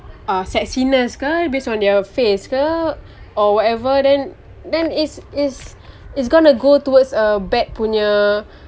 uh sexiness ke based on their face ke or whatever then then it's it's it's gonna go towards uh bad punya